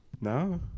no